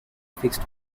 fixed